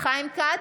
חיים כץ,